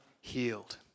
healed